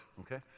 Okay